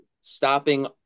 stopping